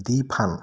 দিফাণ্ড